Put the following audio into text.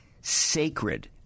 sacred